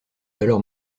alors